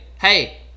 hey